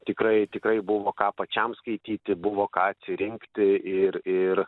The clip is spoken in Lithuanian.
tikrai tikrai buvo ką pačiam skaityti buvo ką atsirinkti ir ir